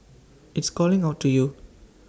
it's calling out to you